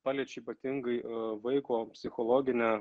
paliečia ypatingai vaiko psichologinę